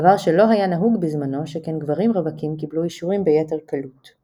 דבר שלא היה נהוג בזמנו שכן גברים רווקים קיבלו אישורים ביתר קלות.